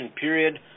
period